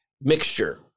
mixture